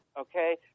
okay